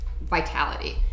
vitality